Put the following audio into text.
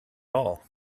all